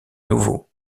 nouveau